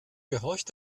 gehorcht